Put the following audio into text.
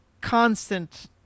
constant